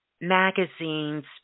magazines